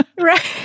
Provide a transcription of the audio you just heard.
Right